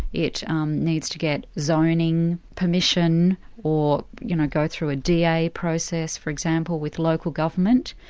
it um needs to get zoning permission or you know go through a da process for example with local government.